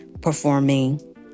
performing